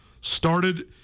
started